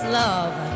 love